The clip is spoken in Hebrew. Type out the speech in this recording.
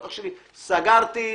סגרתי,